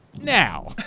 Now